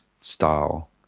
style